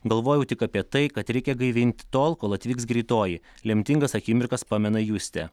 galvojau tik apie tai kad reikia gaivinti tol kol atvyks greitoji lemtingas akimirkas pamena justė